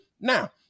Now